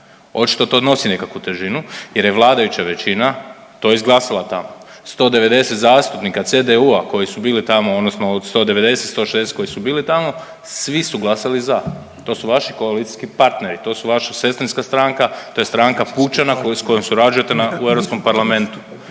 Očito to nosi nekakvu težinu jer je vladajuća većina to izglasala tamo 190 zastupnika CDU-a koji su bili tamo odnosno od 190, 160 koji su bili tamo svi su glasali za. To su vaši koalicijski partneri. To su vaša sestrinska stranka. To je stranka Pučana s kojom surađujete u Europskom parlamentu.